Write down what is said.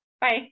Bye